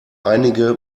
einige